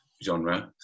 Genre